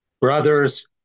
brothers